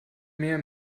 mehr